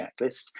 checklist